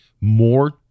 more